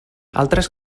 altres